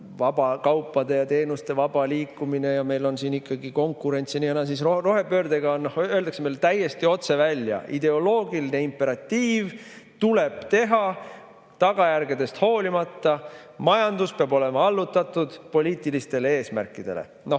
kaupade ja teenuste vabast liikumisest ja sellest, et meil on siin ikkagi konkurents ja nii edasi, siis rohepöördega öeldakse meile täiesti otse välja: ideoloogiline imperatiiv tuleb teha tagajärgedest hoolimata, majandus peab olema allutatud poliitilistele eesmärkidele. No